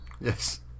Yes